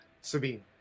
Sabine